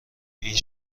این